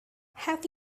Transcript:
have